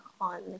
on